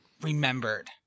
remembered